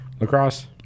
lacrosse